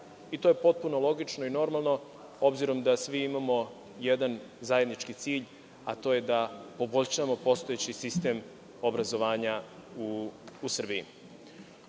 I to je potpuno logično i normalno, obzirom da svi imamo jedan zajednički cilj, a to je da poboljšamo postojeći sistem obrazovanja u Srbiji. Što